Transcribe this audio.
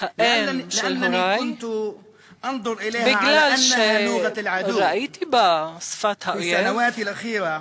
האם של הורי בגלל שראיתי בה שפת האויב,